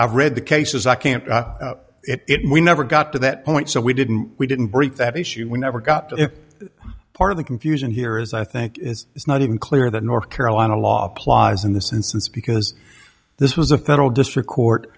of read the cases i can't do it and we never got to that point so we didn't we didn't break that issue we never got it part of the confusion here is i think is it's not even clear that north carolina law applies in this instance because this was a federal district court